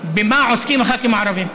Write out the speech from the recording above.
במה עוסקים הח"כים הערבים,